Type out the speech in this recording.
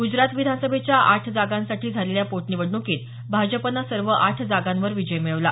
ग्जरात विधानसभेच्या आठ जागांसाठी झालेल्या पोटनिवडणुकीत भाजपने सर्व आठ जागांवर विजय मिळवला